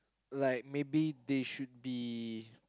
like maybe they should be